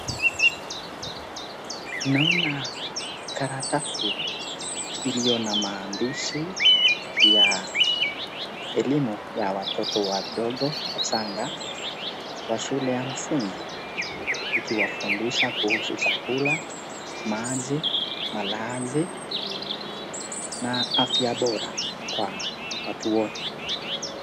Naona karatasi iliyo na maandishi ya elimu ya watoto wadogo au wachanga kwa shule ya msingi ikiwafundisha kuhusu chakula, maji, malazi na afya bora kwa watu wote.